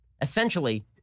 essentially